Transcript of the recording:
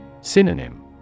Synonym